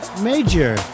Major